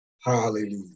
Hallelujah